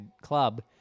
club